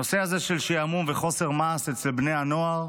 הנושא הזה של שעמום וחוסר מעש אצל בני הנוער,